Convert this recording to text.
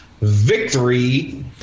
victory